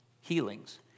healings